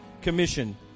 commission